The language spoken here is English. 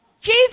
Jesus